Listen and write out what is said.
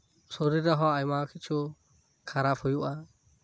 ᱛᱚ ᱥᱚᱨᱤᱨ ᱨᱮᱦᱚᱸ ᱟᱭᱢᱟ ᱠᱤᱪᱷᱩ ᱠᱷᱟᱨᱟᱯ ᱦᱩᱭᱩᱜᱼᱟ